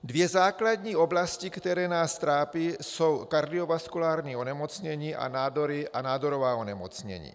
Dvě základní oblasti, které nás trápí, jsou kardiovaskulární onemocnění a nádorová onemocnění.